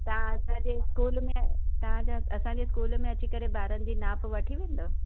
तव्हां असांजे स्कूल में तव्हां या त असांजे स्कूल में अची करे ॿारनि जी नाप वठी वेंदव